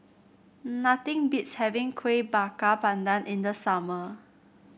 nothing beats having Kueh Bakar Pandan in the summer